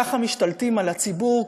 ככה משתלטים על הציבור,